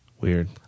Weird